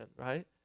right